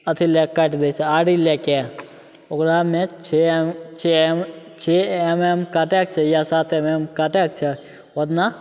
अथी लैके काटि दै छै आरी लैके ओकरामे छओ एम छओ एम छओ एम एम काटैके छै या सात एम एम काटैके छै ओतना